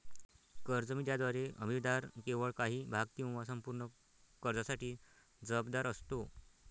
कर्ज हमी ज्याद्वारे हमीदार केवळ काही भाग किंवा संपूर्ण कर्जासाठी जबाबदार असतो